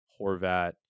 Horvat